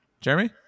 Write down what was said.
Jeremy